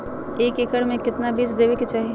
एक एकड़ मे केतना बीज देवे के चाहि?